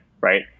Right